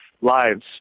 lives